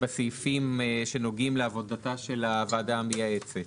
עצרנו בסעיפים שנוגעים לעבודתה של הוועדה המייעצת.